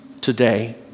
today